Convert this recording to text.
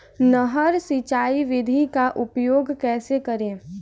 नहर सिंचाई विधि का उपयोग कैसे करें?